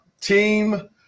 team